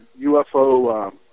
UFO